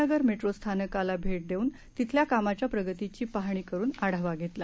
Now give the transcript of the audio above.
नगरमेट्रोस्थानकालाभेटदेऊनतिथल्याकामांच्याप्रगतीचीपाहणीकरूनआढावाघेतला